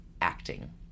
acting